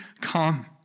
come